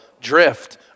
drift